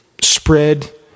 spread